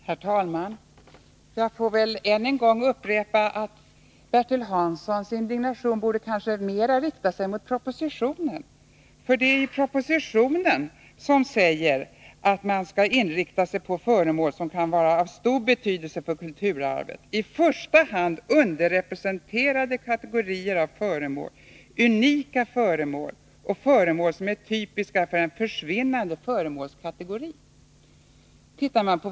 Herr talman! Jag får väl än en gång upprepa att Bertil Hanssons indignation kanske snarare borde riktas mot propositionen än mot betänkandet. Det sägs i propositionen klart att man skall inrikta sig på föremål som kan vara av stor betydelse för kulturarvet, i första hand underrepresenterade kategorier av föremål, unika föremål och föremål som är typiska för en försvinnande föremålskategori.